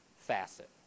facet